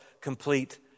complete